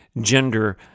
gender